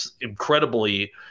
incredibly